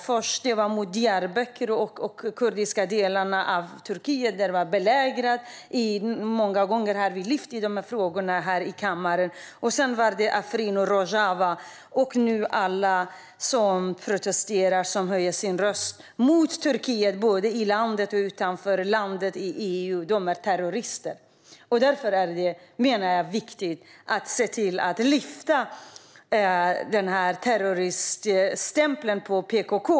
Först var det Diyarbakir och belägringen av de kurdiska delarna. Det har vi lyft upp i kammaren många gånger. Sedan var det Afrin och Rojava. Nu kallas alla som protesterar och höjer sin röst mot Turkiet både i och utanför landet för terrorister. Därför är det viktigt att lyfta terroriststämpeln från PKK.